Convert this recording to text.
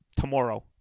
tomorrow